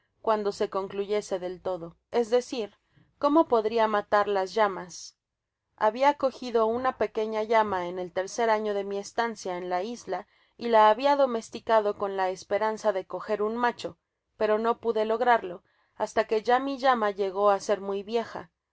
cuando se concluyese del todo es decir cómo podria matar las llamas habia cogido nna pequeña llama en el tercer ano de mi estancia en la isla y la habia domesticado con la esperanza de coger un macho pero no pude lograrlo hasta que ya mi llama llegó á ser muy vieja